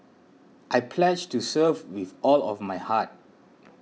I pledge to serve with all my heart